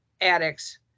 addicts